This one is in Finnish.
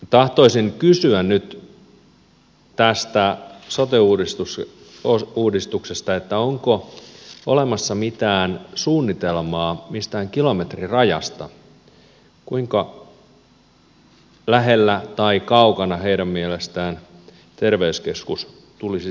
tahtoisin kysyä nyt tästä sote uudistuksesta onko olemassa mitään suunnitelmaa mistään kilometrirajasta kuinka lähellä tai kaukana heidän mielestään terveyskeskuksen tulisi sijaita